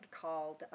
called